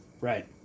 Right